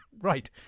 right